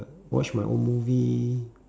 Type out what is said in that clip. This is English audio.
watch my own movie